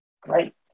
great